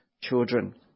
children